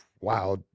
wow